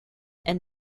and